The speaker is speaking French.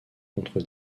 contre